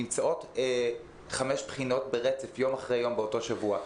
נמצאות חמש בחינות ברצף יום אחרי יום באותו שבוע.